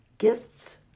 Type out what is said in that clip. Gifts